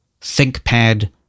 ThinkPad